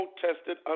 protested